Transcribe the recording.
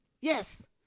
yes